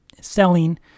selling